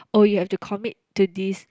orh you have to commit to this